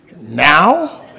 now